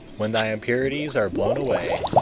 when thy impurities are blown away,